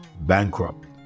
bankrupt